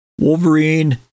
Wolverine